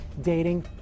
dating